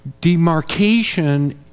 demarcation